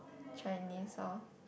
Chinese lor